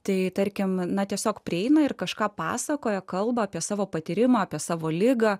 tai tarkim na tiesiog prieina ir kažką pasakoja kalba apie savo patyrimą apie savo ligą